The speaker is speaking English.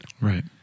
Right